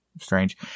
strange